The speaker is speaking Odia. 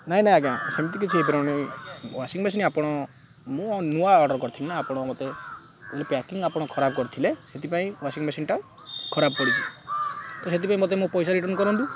ନାଇଁ ନାଇଁ ଆଜ୍ଞା ସେମିତି କିଛି ହୋଇପାରିବନି ୱାସିଂ ମେସିନ୍ ଆପଣ ମୁଁ ନୂଆ ଅର୍ଡ଼ର୍ କରିଥିଲି ନା ଆପଣ ମୋତେ ବୋଲି ପ୍ୟାକିଂ ଆପଣ ଖରାପ କରିଥିଲେ ସେଥିପାଇଁ ୱାସିଂ ମେସିନ୍ଟା ଖରାପ ପଡ଼ିଛି ତ ସେଥିପାଇଁ ମୋତେ ମୋ ପଇସା ରିଟର୍ଣ୍ଣ କରନ୍ତୁ